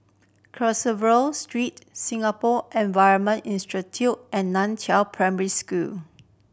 Carver Street Singapore Environment Institute and Nan Chiau Primary School